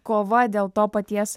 kova dėl to paties